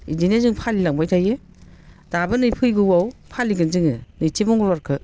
बिदिनो जों फालि लांबाय थायो दाबो नै फैगौआव फालिगोन जोङो नैथि मंगलबारखौ